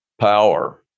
power